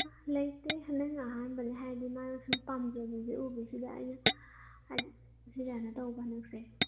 ꯂꯩꯇꯦ ꯍꯟꯗꯛꯅ ꯑꯍꯥꯟꯕꯅꯤ ꯍꯥꯏꯗꯤ ꯃꯥꯅ ꯁꯨꯝ ꯄꯥꯝꯖꯕꯁꯦ ꯎꯕꯁꯤꯗ ꯑꯩꯅ ꯍꯥꯏꯗꯤ ꯇꯧꯕ ꯍꯟꯗꯛꯁꯦ